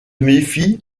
méfie